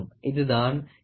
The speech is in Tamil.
இதுதான் M